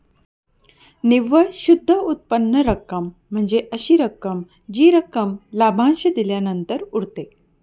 निव्वळ शुद्ध उत्पन्न रक्कम म्हणजे अशी रक्कम जी रक्कम लाभांश दिल्यानंतर उरते